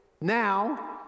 now